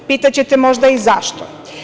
Pitaćete možda i zašto?